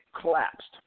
collapsed